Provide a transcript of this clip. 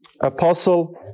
Apostle